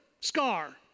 Scar